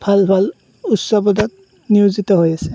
ভাল ভাল উচ্চ পদত নিয়োজিত হৈ আছে